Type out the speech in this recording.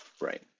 Right